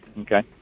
Okay